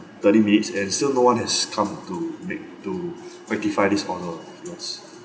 thirty minutes and still no one has come to make to rectify this honour of yours